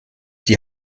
die